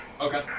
okay